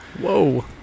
whoa